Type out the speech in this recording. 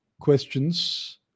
questions